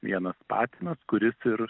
vienas patinas kuris ir